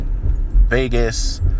Vegas